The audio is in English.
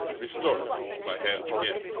restore it to my hands again,